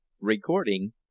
Recording